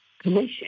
commission